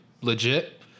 Legit